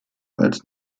falls